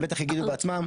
הם בטח יגידו בעצמם,